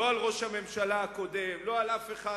לא על ראש הממשלה הקודם ולא על אף אחד.